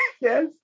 Yes